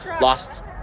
lost